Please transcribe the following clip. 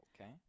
Okay